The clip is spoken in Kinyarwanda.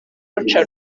ruca